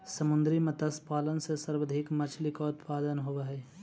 समुद्री मत्स्य पालन से सर्वाधिक मछली का उत्पादन होवअ हई